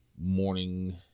morning